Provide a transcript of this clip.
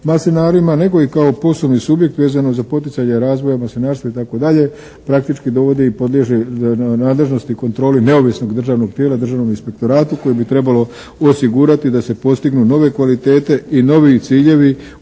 maslinarima nego i kao posebni subjekt vezano za poticanje razvoja maslinarstva itd., praktički dovodi i podliježe nadležnosti i kontroli neovisnog državnog tijela, državnom inspektoratu koji bi trebao osigurati da se postignu nove kvalitete i novi ciljevi